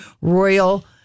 royal